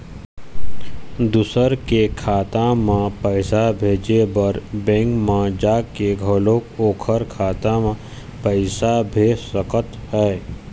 दूसर के खाता म पइसा भेजे बर बेंक म जाके घलोक ओखर खाता म पइसा भेज सकत हे